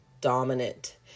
dominant